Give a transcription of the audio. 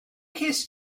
cest